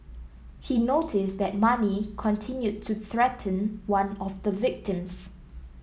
he noted that Mani continued to threaten one of the victims